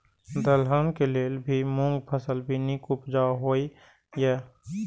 दलहन के लेल भी मूँग फसल भी नीक उपजाऊ होय ईय?